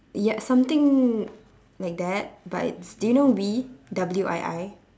ya something like that but do you know wii W I I